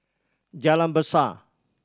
Jalan Besar